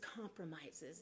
compromises